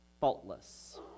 faultless